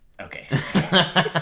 Okay